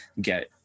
get